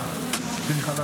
דברו